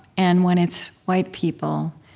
and when it's white people,